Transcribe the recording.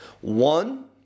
One